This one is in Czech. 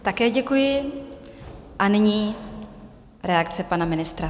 Také děkuji a nyní reakce pana ministra.